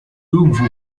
irgendwo